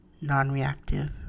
non-reactive